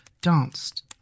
danced